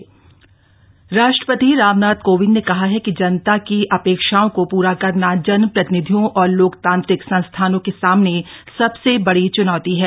पीठासीन अधिकारी सम्मेलन राष्ट्रपति रामनाथ कोविंद ने कहा है कि जनता की अपेक्षाओं को पूरा करना जन प्रतिनिधियों और लोकतांत्रिक संस्थानों के सामने सबसे बड़ी चुनौती है